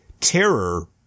Terror